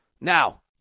Now